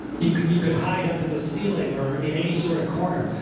you could you could hide up in the ceiling or in any sort of corner.